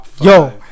Yo